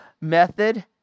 method